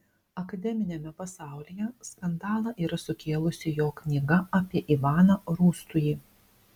akademiniame pasaulyje skandalą yra sukėlusi jo knyga apie ivaną rūstųjį